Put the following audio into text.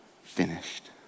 finished